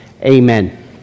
Amen